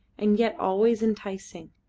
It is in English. and yet always enticing,